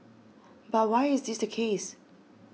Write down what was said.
but why is this the case